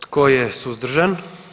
Tko je suzdržan?